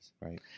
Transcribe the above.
Right